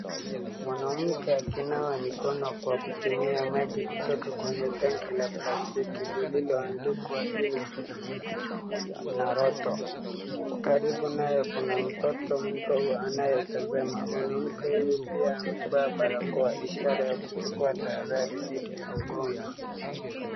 Mwanamke akinawa mkono kwa kutumia maji kutoka kwenye tanki la plastiki lililoandikwa UNICEF na Roto karibu naye kuna mtoto mdogo anayetazama mwanamke huyu pia anevaa barakoa ishara ya kuchukua tahadhari dhidi ya mgonjwa.